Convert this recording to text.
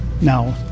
now